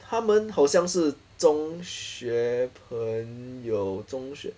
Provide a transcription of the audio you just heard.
他们好像是中学朋友中学